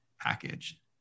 package